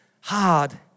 hard